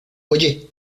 oye